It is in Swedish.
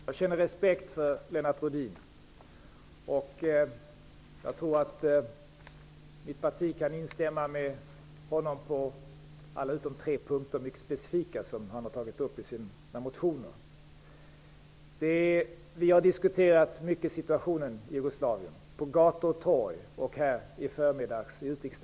Fru talman! Jag känner respekt för Lennart Rohdin. Jag tror att mitt parti kan instämma med honom på alla -- utom tre, mycket specifika -- punkter som han har tagit upp i sina motioner. Vi har diskuterat situationen i Jugoslavien mycket -- på gator och torg och i utrikesdebatten här i förmiddags.